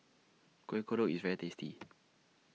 Kuih Kodok IS very tasty